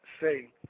say